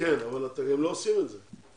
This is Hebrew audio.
כן, אבל לא עושים את זה.